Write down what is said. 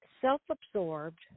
self-absorbed